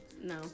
No